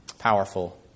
powerful